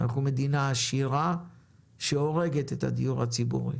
עכשיו אנחנו מדינה עשירה שהורגת את הדיור הציבורי.